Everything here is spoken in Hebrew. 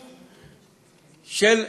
של,